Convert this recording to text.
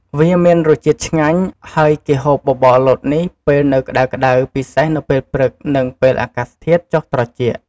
វាមានរសជាតិឆ្ញាញ់ ហើយគេហូបបបរលតនេះពេលនៅក្តៅៗពិសេសនៅពេល ព្រឹក និងពេលអាកាសធាតុចុះត្រជាក់។